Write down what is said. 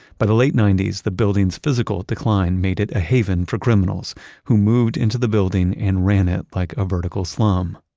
by the late ninety s, the building's physical decline made it a haven for criminals who moved into the building and ran it like a vertical slum.